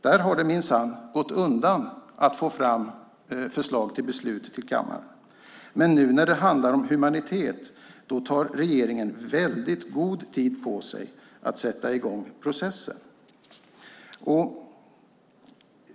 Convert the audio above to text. Där gick det minsann undan med att få fram förslag till beslut här i kammaren. Men nu när det handlar om humanitet tar regeringen väldigt god tid på sig med att sätta i gång processen.